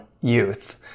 youth